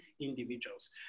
individuals